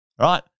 right